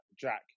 Jack